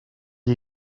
est